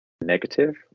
negative